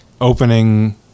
opening